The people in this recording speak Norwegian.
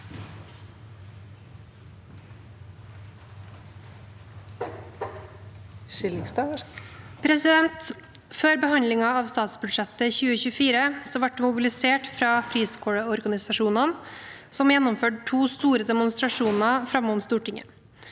Før be- handlingen av statsbudsjettet for 2024 ble det mobilisert fra friskoleorganisasjonene, som gjennomførte to store demonstrasjoner foran Stortinget.